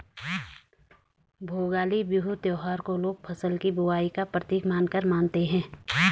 भोगाली बिहू त्योहार को लोग फ़सल की बुबाई का प्रतीक मानकर मानते हैं